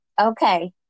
Okay